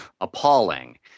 appalling